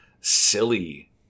silly